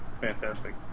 Fantastic